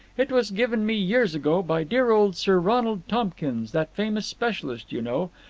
it was given me years ago by dear old sir ronald tompkins, that famous specialist, you know,